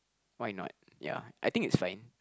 why not ya I think it's fine